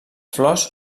flors